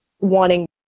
wanting